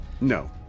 No